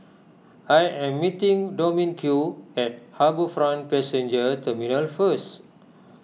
I am meeting Dominque at HarbourFront Passenger Terminal first